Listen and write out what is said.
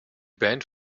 band